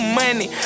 money